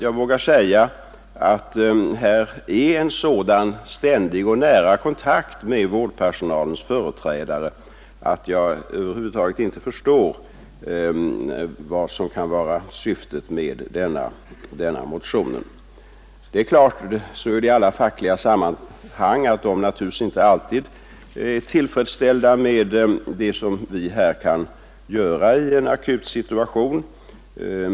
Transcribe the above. Jag vågar därför säga att det förekommer en så ständig och nära kontakt med vårdpersonalens företrädare att jag över huvud taget inte förstår vad som är syftet med denna motion. Som i alla fackliga sammanhang är man naturligtvis inte alltid tillfredsställd med det som vi kan göra i en akut situation.